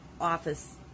office